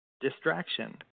distraction